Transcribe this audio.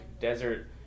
desert